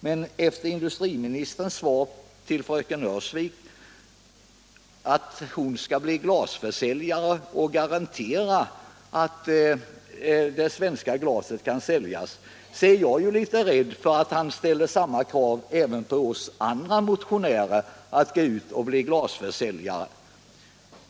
Men efter industriministerns svar till fröken Öhrsvik att hon skall bli glasförsäljare och garantera att det svenska glaset kan säljas, är jag litet rädd att han ställer samma krav även på oss andra motionärer och begär alt vi skall bli glasförsäljare.